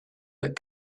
that